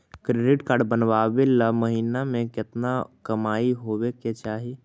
Credit card बनबाबे ल महीना के केतना कमाइ होबे के चाही?